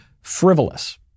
frivolous